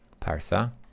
Parsa